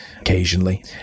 occasionally